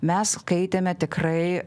mes skaitėme tikrai